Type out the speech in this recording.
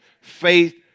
Faith